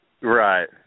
Right